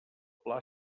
pla